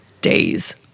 days